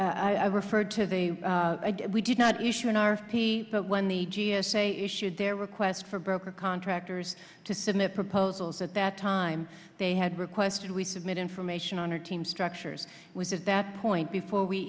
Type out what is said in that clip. p i referred to they we did not issue an r f p but when the g s a issued their request for broker contractors to submit proposals at that time they had requested we submit information on our team structures was at that point before we